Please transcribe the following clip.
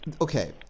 Okay